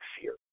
fear